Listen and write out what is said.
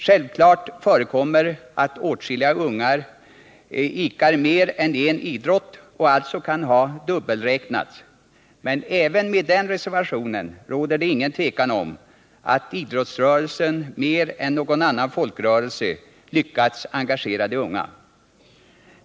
Självklart förekommer det att åtskilliga unga idkar mer än en idrott och alltså kan ha dubbelräknats, men även med den reservationen råder det ingen tvekan om att idrottsrörelsen mer än någon annan folkrörelse lyckats engagera de unga.